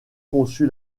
conçu